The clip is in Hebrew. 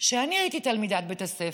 שבהם אני הייתי תלמידת בית הספר,